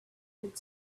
could